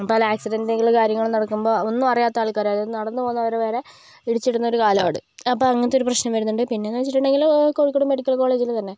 പല ആക്സിഡൻറ് കാര്യങ്ങളും നടക്കുമ്പോൾ ഒന്നും അറിയാത്ത ആൾക്കാര് അതായത് നടന്ന് പോകുന്നവരെ ഇടിച്ചിടുന്ന ഒരു കാലമാണ് അപ്പം അങ്ങനത്തെ ഒരു പ്രശ്നം വരുന്നുണ്ട് പിന്നെ എന്ന് വെച്ചിട്ടുണ്ടെങ്കില് കോഴിക്കോട് മെഡിക്കൽ കോളേജിൽ തന്നെ